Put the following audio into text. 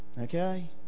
Okay